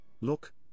Look